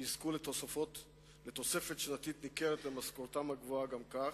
שיזכו לתוספת שנתית ניכרת במשכורתם הגבוהה גם כך,